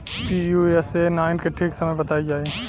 Pusa nine के ठीक समय बताई जाई?